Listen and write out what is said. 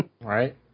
Right